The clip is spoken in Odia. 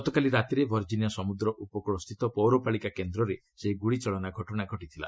ଗତକାଲି ରାତିରେ ଭର୍ଜିନିଆ ସମୁଦ୍ର ଉପକୃଳସ୍ଥିତ ପୌରପାଳିକା କେନ୍ଦ୍ରରେ ସେହି ଗୁଳିଚାଳନା ଘଟଣା ଘଟିଥିଲା